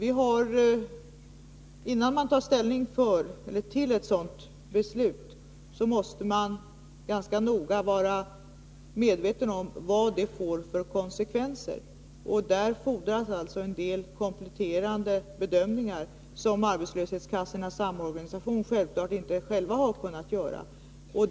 Innan man tar ställning till ett sådant beslut måste man vara medveten om vad det får för konsekvenser, och där fordras en del kompletterande bedömningar som arbetslöshetskassornas samorganisation givetvis inte själv har kunnat göra.